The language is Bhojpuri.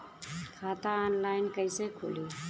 खाता ऑनलाइन कइसे खुली?